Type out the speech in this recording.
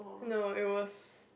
no it was